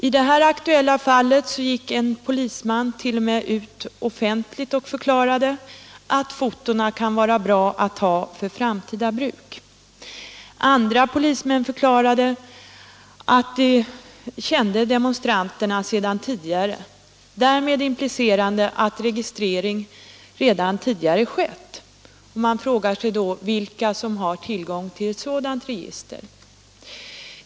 I det aktuella fallet gick en polisman t.o.m. ut offentligt och förklarade att fotona kan vara bra att ha för framtida bruk. Andra polismän förklarade att de kände demonstranterna sedan tidigare, därmed antydande att registrering redan tidigare skett. Man frågar sig vilka som har tillgång till ett sådant register.